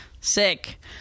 Sick